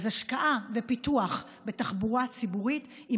אז השקעה בפיתוח תחבורה ציבורית היא